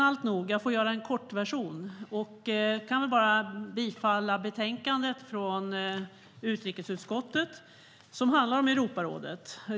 Alltnog, jag får göra en kort version och kan bara yrka bifall till utrikesutskottets förslag i betänkandet som handlar om Europarådet.